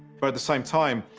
but at the same time,